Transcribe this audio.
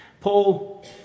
Paul